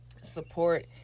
Support